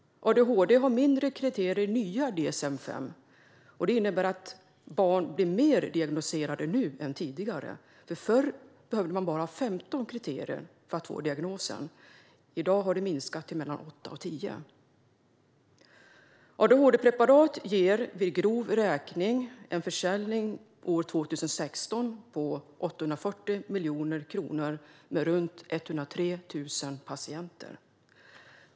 Adhd har färre kriterier i nya DSM-5, vilket innebär att fler barn blir diagnostiserade nu än vad som var fallet tidigare. Förr behövde man uppfylla 15 kriterier för att få diagnosen, men antalet har i dag minskat till mellan 8 och 10. Grovt räknat gav adhd-preparat år 2016 en försäljning på 840 miljoner kronor, med runt 103 000 patienter.